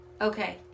Okay